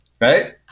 right